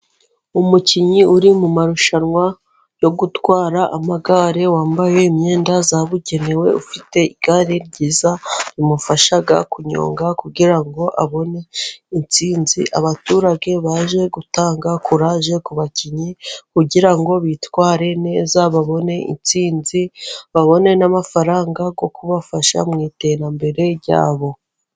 Umukinnyi uri mu marushanwa yo gutwara amagare wambaye imyenda yabugenewe ufite igare ryiza rimufasha kunyonga kugira ngo abone intsinzi. Abaturage baje gutanga kuraje ku bakinnyi kugira ngo bitware neza babone intsinzi babone n'amafaranga yo kubafasha mu iterambere ryabo.